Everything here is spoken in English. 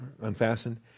unfastened